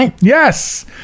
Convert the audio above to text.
Yes